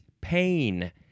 pain